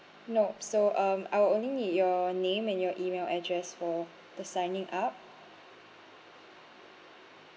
nope so um I will only need your name and your E-mail address for the signing up